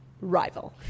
Rival